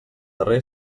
darrer